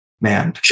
man